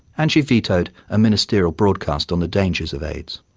and she vetoed a ministerial broadcast on the dangers of aids.